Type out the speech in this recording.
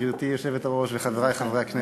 גברתי היושבת-ראש וחברי חברי הכנסת.